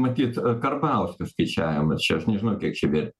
matyt karbauskio skaičiavimas čia aš nežinau kiek čia ve